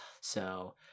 so-